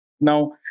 Now